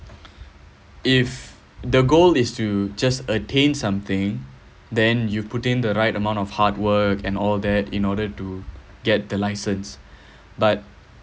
if the goal is to just attain something then you putting the right amount of hard work and all that in order to get the license but